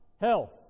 Health